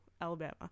Alabama